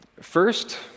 First